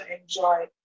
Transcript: enjoy